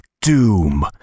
Doom